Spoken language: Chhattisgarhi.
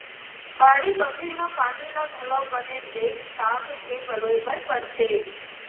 बाड़ी बखरी म पानी ल घलौ बने देख ताक के पलोय बर परथे